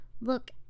look